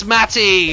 Matty